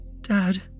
Dad